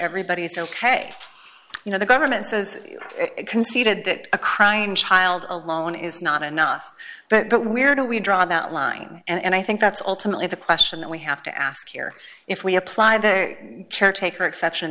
everybody is ok you know the government has conceded that a crying child alone is not enough but where do we draw that line and i think that's ultimately the question that we have to ask here if we apply the caretaker exception